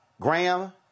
Graham